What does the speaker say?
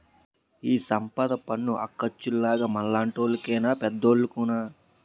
ఈ సంపద పన్ను అక్కచ్చాలుగ మనలాంటోళ్లు కేనా పెద్దోలుకున్నా